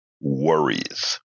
Worries